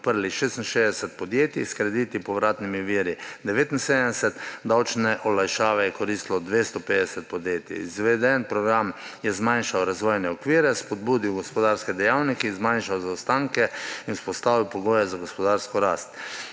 podprli 66 podjetij, s krediti, povratnimi viri – 79, davčne olajšave je koristilo 250 podjetij. Izveden program je zmanjšal razvojne okvire, spodbudil gospodarske dejavnike in zmanjšal zaostanke ter vzpostavil pogoje za gospodarsko rast.